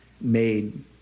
made